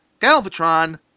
Galvatron